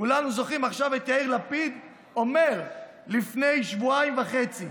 כולנו זוכרים עכשיו את יאיר לפיד אומר לפני שבועיים וחצי: